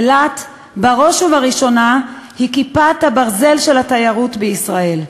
אילת היא בראש ובראשונה כיפת-הברזל של התיירות בישראל.